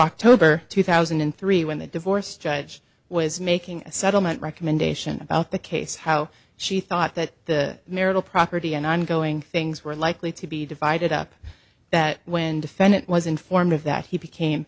october two thousand and three when the divorce judge was making a settlement recommendation about the case how she thought that the marital property and ongoing things were likely to be divided up that when defendant was informed of that he became